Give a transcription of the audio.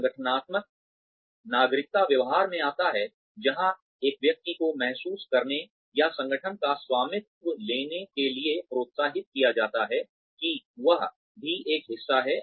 संगठनात्मक नागरिकता व्यवहार में आता है जहां एक व्यक्ति को महसूस करने या संगठन का स्वामित्व लेने के लिए प्रोत्साहित किया जाता है कि वह भी एक हिस्सा है